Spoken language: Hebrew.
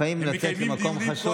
לפעמים מקובל לצאת למקום חשוב.